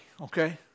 okay